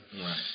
Right